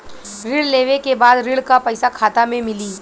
ऋण लेवे के बाद ऋण का पैसा खाता में मिली?